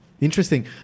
Interesting